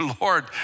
Lord